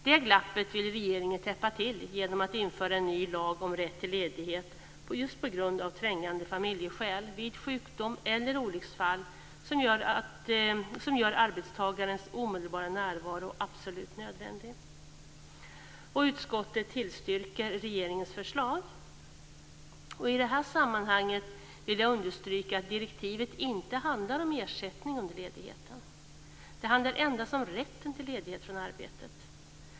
Det glappet vill regeringen täppa till genom att införa en ny lag om rätt till ledighet just på grund av trängande familjeskäl vid sjukdom eller olycksfall som gör arbetstagarens omedelbara närvaro absolut nödvändig. I det här sammanhanget vill jag understryka att direktivet inte handlar om ersättning under ledigheten. Det handlar endast om rätten till ledighet från arbetet.